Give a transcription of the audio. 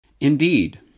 Indeed